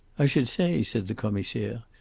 i should say, said the commissaire,